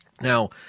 Now